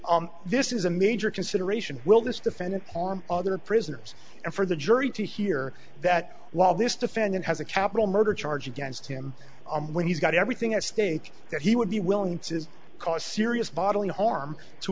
this is a major consideration will this defendant harm other prisoners and for the jury to hear that while this defendant has a capital murder charge against him when he's got everything at stake that he would be willing to cause serious bodily harm to